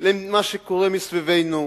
למה שקורה מסביבנו,